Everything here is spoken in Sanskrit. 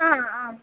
हा आम्